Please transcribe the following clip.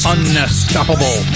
Unstoppable